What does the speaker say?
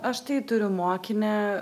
aš tai turiu mokinę